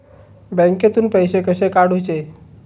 बँकेतून पैसे कसे काढूचे?